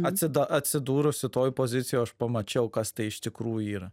atsida atsidūrusi toj pozicijoj aš pamačiau kas tai iš tikrųjų yra